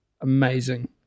amazing